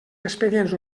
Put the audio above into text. expedients